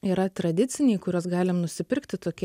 yra tradiciniai kuriuos galim nusipirkti tokie